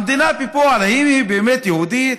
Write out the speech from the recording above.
המדינה, בפועל, האם היא באמת יהודית?